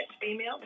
female